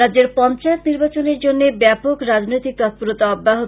রাজ্যের পঞ্চায়েত নির্বাচনের ব্যাপক রাজনৈতিক তৎপরতা অব্যাহত